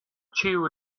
ĉiu